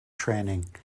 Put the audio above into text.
training